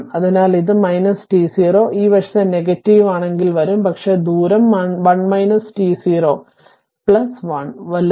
അതിനാൽ ഇത് t0 ഈ വശത്തെ നെഗറ്റീവ് ആണെങ്കിൽ വരും പക്ഷേ ദൂരം 1 t0 ourt0 1 വലത്